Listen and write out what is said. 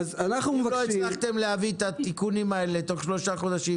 לא הצלחתם להביא את התיקונים האלה בתוך שלושה חודשים,